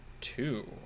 Two